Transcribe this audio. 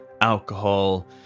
alcohol